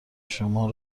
شما